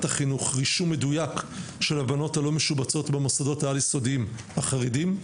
החינוך רישום מדויק של הבנות הלא משובצות במוסדות העל-יסודיים החרדים,